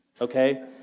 okay